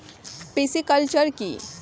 Pisciculture কি?